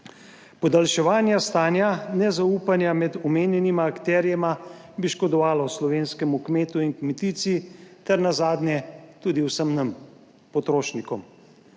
Podaljševanje stanja nezaupanja med omenjenima akterjema bi škodovalo slovenskemu kmetu in kmetici ter nazadnje tudi vsem nam, potrošnikom.